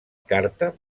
carta